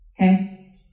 Okay